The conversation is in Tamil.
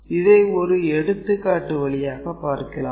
இதை ஒரு எடுத்துக்காட்டு வழியாக பார்க்கலாம்